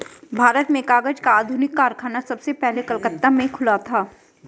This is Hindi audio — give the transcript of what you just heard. भारत में कागज का आधुनिक कारखाना सबसे पहले कलकत्ता में खुला था